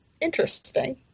Interesting